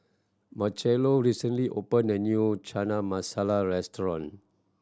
Marchello recently open a new Chana Masala Restaurant